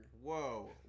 whoa